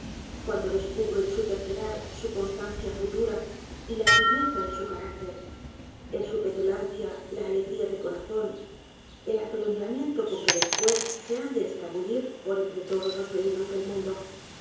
cuando descubro en su terqtsedad su constancia futura y la firmeza de su carácter en su petulancia la alegría de corazón el atolondramiento con que después se han de escabullir por entre toá s jos peligros del mundo